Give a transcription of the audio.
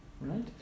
Right